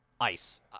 Ice